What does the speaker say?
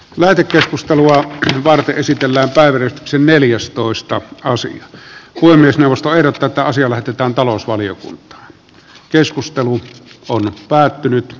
lähetekeskustelua varten esitellä päivänä sen neljästoista kausi kuin myös neuvosto eivät ota asia lähetetään talousvaliokuntaan keskustelu on päättynyt